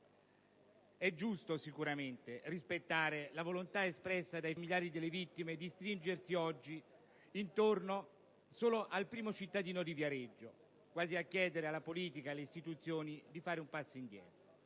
È giusto sicuramente rispettare la volontà espressa dai familiari delle vittime di stringersi oggi intorno solo al primo cittadino di Viareggio, quasi a chiedere alla politica ed alle istituzioni di fare un passo indietro.